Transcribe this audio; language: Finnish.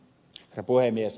herra puhemies